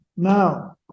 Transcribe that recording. now